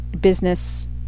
business